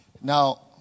Now